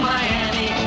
Miami